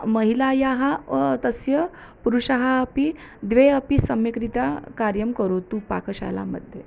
महिलायाः तस्य पुरुषः अपि द्वे अपि सम्यक्रीत्या कार्यं करोतु पाकशाला मध्ये